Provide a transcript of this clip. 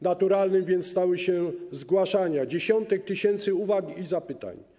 Naturalnym więc stało się zgłaszanie dziesiątek tysięcy uwag i zapytań.